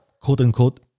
quote-unquote